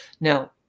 Now